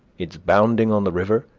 its bounding on the river,